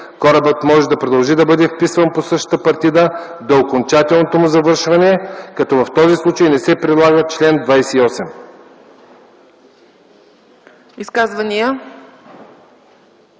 корабът може да продължи да бъде вписан по същата партида до окончателното му завършване, като в този случай не се прилага чл. 28.”